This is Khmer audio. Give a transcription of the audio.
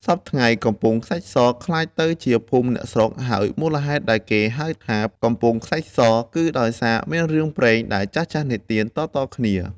សព្វថ្ងៃ កំពង់ខ្សាច់ស ក្លាយទៅជាភូមិអ្នកស្រុក ហើយមូលហេតុដែលគេហៅថា “កំពង់ខ្សាច់ស” គឺដោយមានរឿងព្រេងដែលចាស់ៗនិទានតៗគ្នា។